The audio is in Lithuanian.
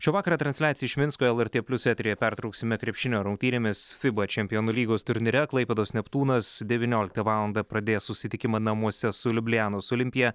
šio vakaro transliaciją iš minsko lrt plius eteryje pertrauksime krepšinio rungtynėmis fiba čempionų lygos turnyre klaipėdos neptūnas devynioliktą valandą pradės susitikimą namuose su liublianos olimpija